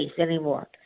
anymore